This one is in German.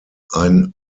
ein